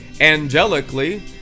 angelically